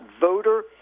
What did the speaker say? voter